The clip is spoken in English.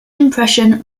impression